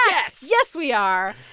yes yes, we are.